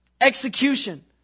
Execution